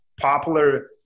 popular